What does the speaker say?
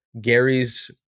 Gary's